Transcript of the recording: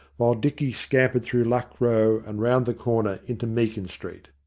while dicky scampered through luck row and round the corner into meakin street.